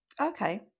Okay